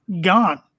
gone